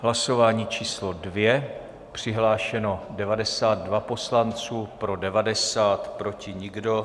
Hlasování číslo 2, přihlášeno 92 poslanců, pro 90, proti nikdo.